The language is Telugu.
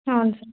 అవును సార్